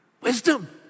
wisdom